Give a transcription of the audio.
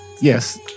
Yes